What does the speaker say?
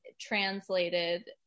translated